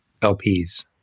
LPs